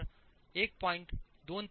तर 1